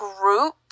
group